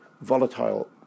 volatile